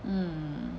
um